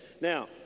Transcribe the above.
Now